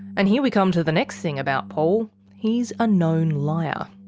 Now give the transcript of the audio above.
and here we come to the next thing about paul he's a known liar.